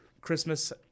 Christmas